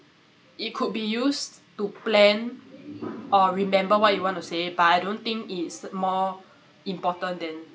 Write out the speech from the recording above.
it could be used to plan or remember what you want to say but I don't think it's more important than